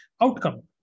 outcome